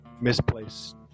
misplaced